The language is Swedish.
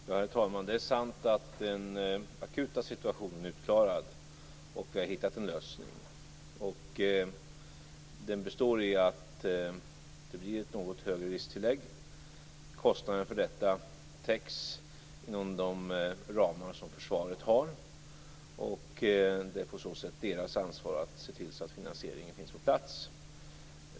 Herr talman! Det är sant att den akuta situationen är utklarad. Vi har hittat en lösning. Den består i att det blir ett något högre risktillägg. Kostnaden för detta täcks inom de ramar som försvaret har. På så sätt blir det deras ansvar att se till så att finansieringen finns på plats.